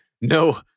no